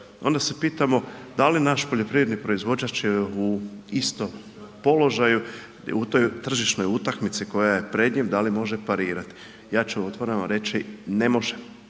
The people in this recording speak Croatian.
onda se pitamo da li naš poljoprivredni proizvođač u istom položaju u toj tržišnoj utakmici koja je pred njim, da li može parirati. Ja ću otvoreni reći, ne može.